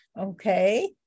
Okay